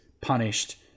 punished